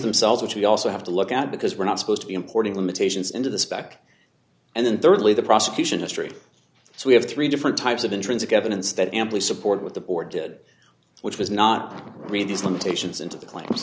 themselves which we also have to look at because we're not supposed to be importing limitations into the spec and then thirdly the prosecution history so we have three different types of intrinsic evidence that amply support what the board did which was not read these limitations into the cla